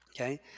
okay